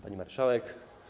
Pani Marszałek!